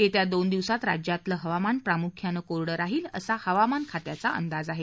येत्या दोन दिवसात राज्यातलं हवामान प्रामुख्याने कोरडं राहील असा हवामान खात्याचा अंदाज आहे